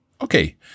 Okay